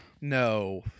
No